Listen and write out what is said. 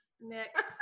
Next